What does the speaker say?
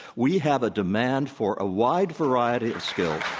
we have a demand for a wide variety of skills